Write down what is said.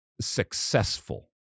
successful